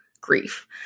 grief